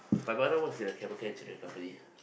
my brother works in a chemical engineering company